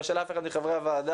לא של אף אחד מחברי הוועדה.